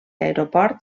aeroport